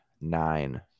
Nine